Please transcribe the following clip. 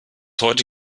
heute